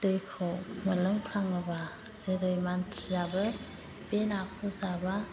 दैखौ मोनलोंफ्लाङोब्ला जेरै मानसियाबो बे नाखौ जाबा